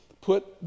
put